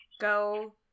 go